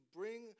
bring